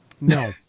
No